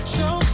Show